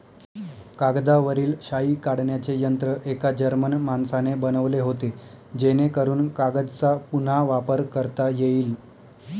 कागदावरील शाई काढण्याचे यंत्र एका जर्मन माणसाने बनवले होते जेणेकरून कागदचा पुन्हा वापर करता येईल